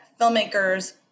filmmakers